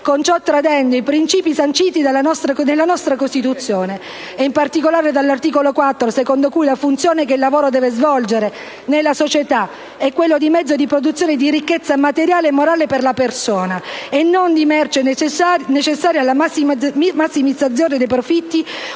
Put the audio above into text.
con ciò tradendo i principi sanciti nella nostra Costituzione, in particolare dall'articolo 4, secondo cui la funzione che il lavoro deve svolgere nella società è quello di mezzo di produzione di ricchezza materiale e morale per la persona, e non di merce necessaria alla massimizzazione dei profitti